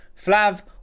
Flav